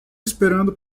esperando